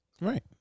Right